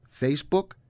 Facebook